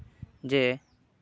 ᱡᱮ